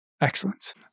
excellence